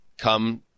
come